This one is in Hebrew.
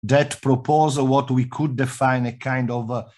That proposal what we could define a kind of a...